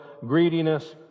greediness